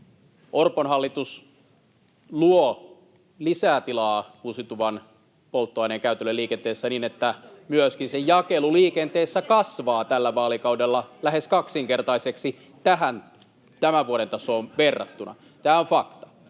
Orpon hallitus luo lisää tilaa uusiutuvan polttoaineen käytölle liikenteessä niin, että myöskin se jakelu liikenteessä kasvaa tällä vaalikaudella lähes kaksinkertaiseksi tähän tämän vuoden tasoon verrattuna. Tämä on fakta.